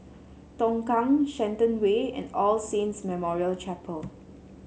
Tongkang Shenton Way and All Saints Memorial Chapel